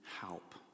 help